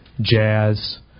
jazz